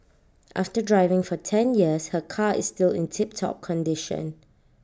after driving for ten years her car is still in tip top condition